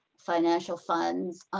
financial funds.